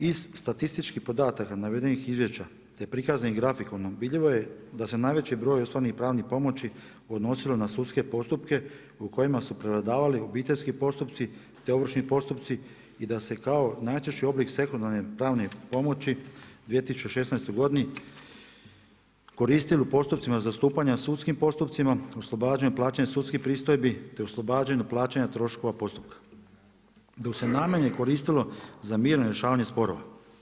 Iz statističkih podataka navedenih izvješća, te prikazanih grafikonom, vidljivo je da se najveći broj ostvarenih pravnih pomoći odnosilo na sudske postupke u kojima su prevladavali obiteljski postupci te ovršni postupci i da se kao najčešći oblik sekundarne pravne pomoći u 2016. godini koristio u postupcima zastupanja sudskim postupcima, oslobađanju od plaćanja sudskih pristojbi te oslobađanja plaćanja troškova postupka, Dok se najmanje koristilo za mirno rješavanje sporova.